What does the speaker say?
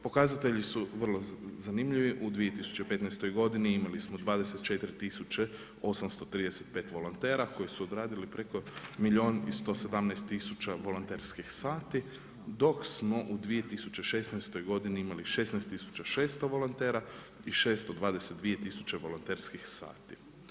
Pokazatelji su vrlo zanimljivi u 2015. godini, imali smo 24835 volontera, koji su odradili preko milijun i 117 tisuća volonterskih sati, dok smo u 2016. godini imali 16600 volontera i 622000 volonterskih sati.